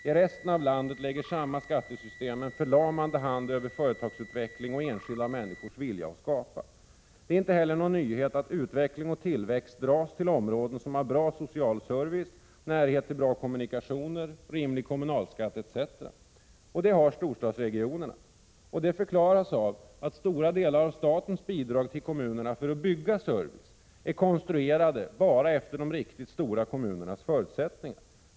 I resten av landet lägger samma skattesystem en förlamande hand över företagsutveckling och enskilda människors vilja att skapa. Det är inte heller någon nyhet att utveckling och tillväxt dras till områden som har bra social service, närhet till bra kommunikationer, rimlig kommunalskatt etc. Det har storstadsregionerna. Detta förklaras av att stora delar av statens bidrag till kommunerna för att bygga service är konstruerade bara efter de riktigt stora kommunernas förutsättningar.